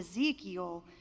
Ezekiel